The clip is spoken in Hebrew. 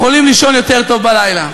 יכולים לישון יותר טוב בלילה.